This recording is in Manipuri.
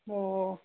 ꯑꯣ